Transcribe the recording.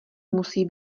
musí